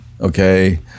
okay